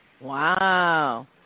Wow